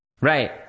Right